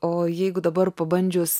o jeigu dabar pabandžius